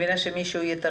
בואו נמשיך.